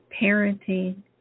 parenting